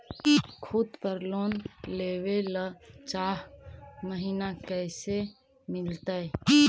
खूत पर लोन लेबे ल चाह महिना कैसे मिलतै?